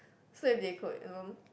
so if they could you know